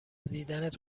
دیدنت